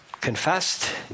confessed